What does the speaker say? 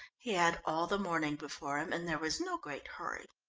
he had all the morning before him, and there was no great hurry.